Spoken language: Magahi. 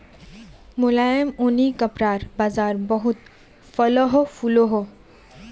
मुलायम ऊनि कपड़ार बाज़ार बहुत फलोहो फुलोहो